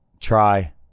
try